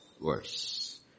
Worse